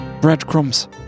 breadcrumbs